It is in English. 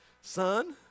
son